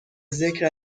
ذکر